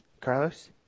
Carlos